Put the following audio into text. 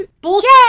Bullshit